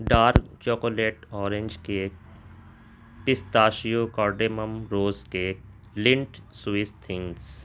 dark chocolate orange cake pistachio cardamom rose cake lint Swiss things